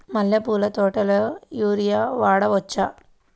మల్లె పూల తోటలో యూరియా వాడవచ్చా?